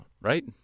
right